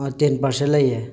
ꯑ ten percent ꯂꯩꯌꯦ